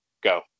Go